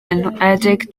enwedig